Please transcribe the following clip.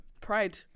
Pride